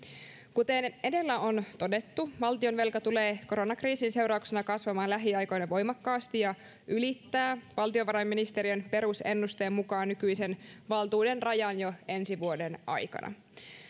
kuten edellä on todettu valtionvelka tulee koronakriisin seurauksena kasvamaan lähiaikoina voimakkaasti ja se ylittää valtiovarainministeriön perusennusteen mukaan nykyisen valtuuden rajan jo ensi vuoden aikana